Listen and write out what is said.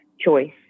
choice